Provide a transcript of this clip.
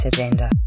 Agenda